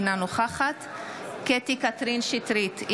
אינה נוכחת קטי קטרין שטרית,